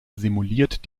simuliert